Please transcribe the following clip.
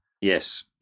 yes